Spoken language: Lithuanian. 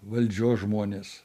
valdžios žmonės